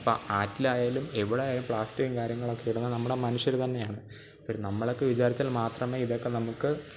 ഇപ്പോൾ ആറ്റിലായാലും എവിടെയായാലും പ്ലാസ്റ്റിക്കും കാര്യങ്ങളുമൊക്കെ ഇടുന്നത് നമ്മൾ മനുഷ്യരു തന്നെയാണ് പിന്നെ നമ്മളൊക്കെ വിചാരിച്ചാൽ മാത്രമേ ഇതൊക്കെ നമുക്ക്